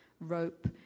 rope